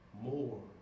more